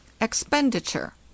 Expenditure